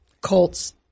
Colts